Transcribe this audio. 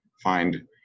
find